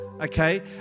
Okay